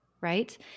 right